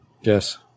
Yes